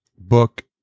book